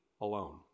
alone